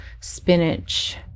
spinach